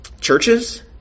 Churches